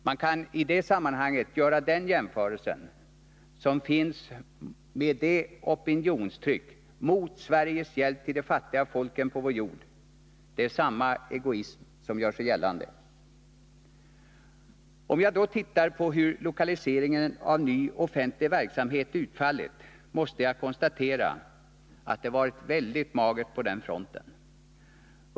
Man kan i sammanhanget göra en jämförelse med det nyvaknade opinionstrycket mot Sveriges hjälp till de fattiga folken på vår jord — det är samma egoism som här gör sig gällande. Om jag då tittar på hur lokaliseringen av ny offentlig verksamhet utfallit måste jag konstatera att det varit väldigt magert på den fronten.